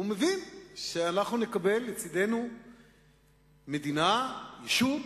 אנחנו נקבל לצדנו מדינה, ישות